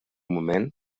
moment